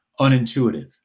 unintuitive